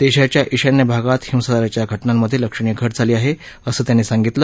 देशाच्या ईशान्य भागात हिंसाचाराच्या घटनांमधे लक्षणीय घट झाली आहे असं त्यांनी सांगितलं